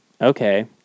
Okay